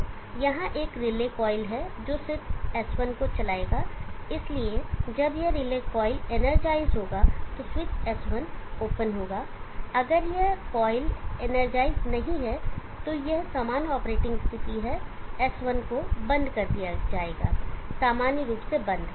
तो यहाँ एक रिले कॉइल है जो स्विच S1 को चलाएगा इसलिए जब यह रिले कॉइल इनरजाइज होगा तो स्विच S1 ओपन होगा अगर यह कॉइल इनरजाइज नहीं है तो यह सामान्य ऑपरेटिंग स्थिति है S1 को बंद कर दिया जाएगा सामान्य रूप से बंद